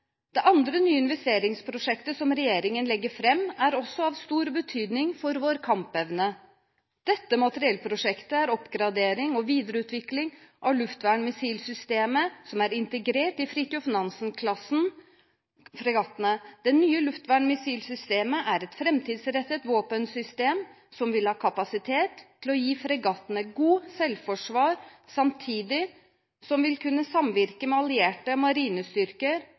Det andre nye investeringsprosjektet som regjeringen legger fram, er også av stor betydning for vår kampevne. Dette materiellprosjektet er en oppgradering og en videreutvikling av luftvernmissilsystemet som er integrert i fregattene i Fridtjof Nansen-klassen. Det nye luftvernmissilsystemet er et framtidsrettet våpensystem som vil ha kapasitet til å gi fregattene godt selvforsvar, samtidig som det vil kunne samvirke med allierte marinestyrker